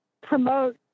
promote